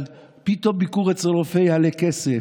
אבל פתאום ביקור אצל רופא יעלה כסף,